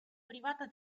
privata